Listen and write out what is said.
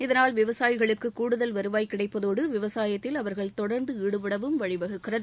இதனால் விவசாயிகளுக்கு கூடுதல் வருவாய் கிடைப்பதோடு விவசாயத்தில் அவர்கள் தொடர்ந்து ஈடுபடவும் வழிவகுக்கிறது